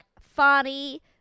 funny